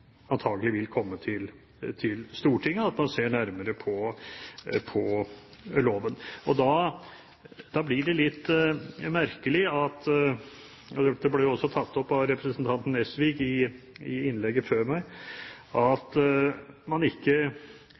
antagelig vil komme til Stortinget, og man vil se nærmere på loven. Da blir det litt merkelig – dette ble også tatt opp av representanten Nesvik i innlegget før meg – at man ikke